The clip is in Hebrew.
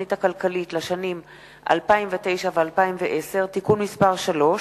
התוכנית הכלכלית לשנים 2009 ו-2010) (תיקון מס' 3),